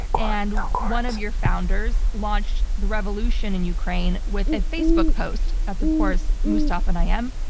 and one of your founders launched the revolution in ukraine with a facebook post. that's of course mustafa nayyem.